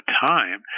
time